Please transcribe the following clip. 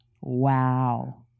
Wow